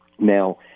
Now